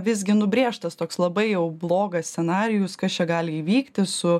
visgi nubrėžtas toks labai jau blogas scenarijus kas čia gali įvykti su